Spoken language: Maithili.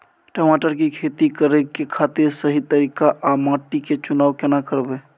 टमाटर की खेती करै के खातिर सही तरीका आर माटी के चुनाव केना करबै?